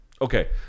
Okay